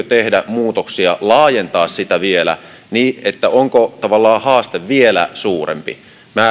tehdä muutoksia laajentaa sitä vielä että onko tavallaan haaste vielä suurempi minä